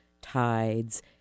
tides